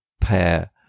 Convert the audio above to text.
pair